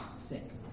sick